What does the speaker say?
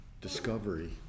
discovery